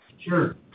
Sure